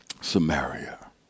Samaria